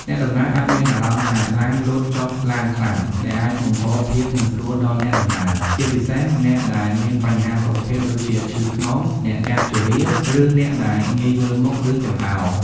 អ្នកដំណើរអាចមានអារម្មណ៍ថាឡានលោតចុះឡើងខ្លាំង ដែលអាចបង្កភាព មិនស្រួលដល់អ្នកដំណើរ ជាពិសេសអ្នកដែលមានបញ្ហាសុខភាពដូចជាឈឺខ្នង អ្នកចាស់ជរា ឬអ្នកដែលងាយវិលមុខ ឬចង្អោរ។